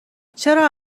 چرا